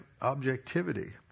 objectivity